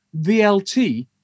VLT